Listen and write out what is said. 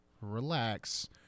relax